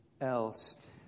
else